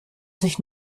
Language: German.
sich